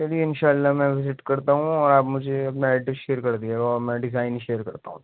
چلیے انشاء اللہ میں وزٹ کرتا ہوں اور آپ مجھے اپنا ایڈریس شیئر کر دیے گا اور میں ڈیزائن ہی شیئر کرتا ہوں